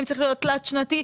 האם צריך להיות תלת שנתי,